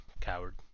coward